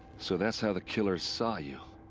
so that's how the killers saw you.